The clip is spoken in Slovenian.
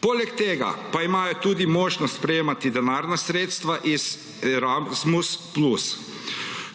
Poleg tega pa imajo tudi možnost sprejemati denarna sredstva iz Erasmus plus.